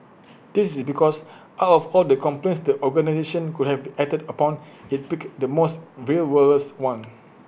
this is because out of all the complaints the organisation could have acted upon IT picked the most frivolous one